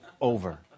over